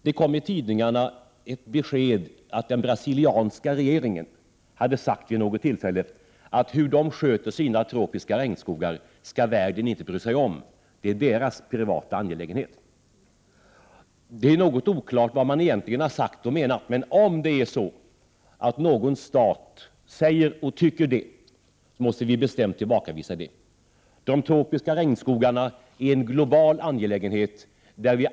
Det kom i tidningarna ett besked om att den brasilianska regeringen hade sagt vid något tillfälle att hur de sköter sina tropiska regnskogar skall världen inte bry sig om — det är deras privata angelägenhet. Det är något oklart vad man egentligen har sagt och menat, men om någon stat tycker på det sättet, måste vi bestämt tillbakavisa detta. De tropiska regnskogarna är en global angelägenhet.